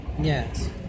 Yes